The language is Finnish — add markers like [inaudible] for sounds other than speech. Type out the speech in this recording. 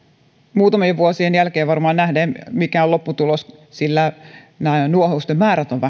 muutamien vuosien jälkeen varmaan nähdään mikä on lopputulos sillä nuohousten määrät ovat [unintelligible]